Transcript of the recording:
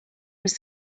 was